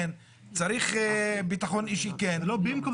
צריך ביטחון אישי --- זה לא במקום,